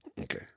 Okay